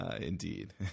Indeed